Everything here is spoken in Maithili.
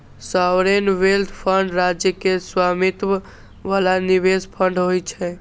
सॉवरेन वेल्थ फंड राज्य के स्वामित्व बला निवेश फंड होइ छै